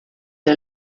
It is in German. der